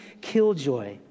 killjoy